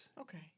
okay